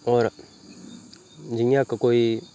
होर जियां इक कोई